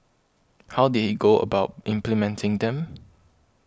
how did he go about implementing them